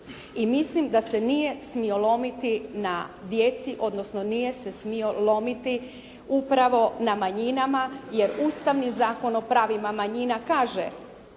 i mislim da se nije smio lomiti na djeci, odnosno nije se smio lomiti upravo na manjinama. Jer Ustavni zakon o pravima manjina kaže